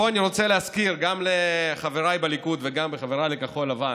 פה אני רוצה להזכיר גם לחבריי בליכוד וגם לחבריי בכחול לבן: